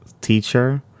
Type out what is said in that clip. teacher